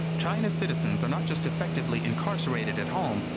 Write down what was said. china's citizens are not just effectively incarcerated at home,